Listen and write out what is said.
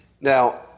Now